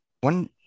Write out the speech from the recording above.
one